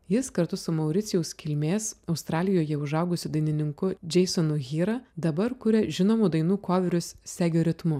jis kartu su mauricijaus kilmės australijoje užaugusiu dainininku džeisonu hyra dabar kuria žinomų dainų koverius segio ritmu